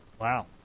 Wow